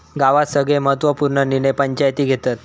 गावात सगळे महत्त्व पूर्ण निर्णय पंचायती घेतत